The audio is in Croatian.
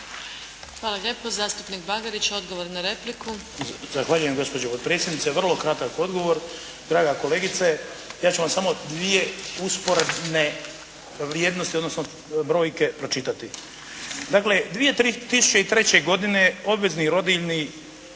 Hvala lijepo. Zastupnik Bagarić, odgovor na repliku. **Bagarić, Ivan (HDZ)** Zahvaljujem gospođo potpredsjednice. Vrlo kratak odgovor. Draga kolegice, ja ću vam samo dvije usporedne vrijednosti, odnosno brojke pročitati. Dakle, 2003. godine obvezni rodiljni